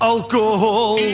Alcohol